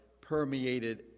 permeated